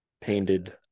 painted